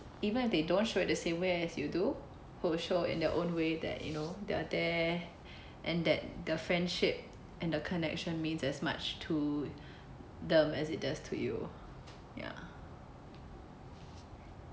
even if they don't show it the same way as you do who'll show in their own way that you know they're there and that the friendship and the connection means as much to them as it does to you ya